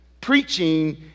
preaching